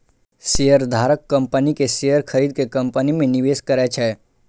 शेयरधारक कंपनी के शेयर खरीद के कंपनी मे निवेश करै छै